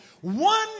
One